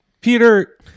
Peter